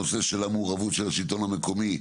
הנושא של המעורבות של השלטון המקומי,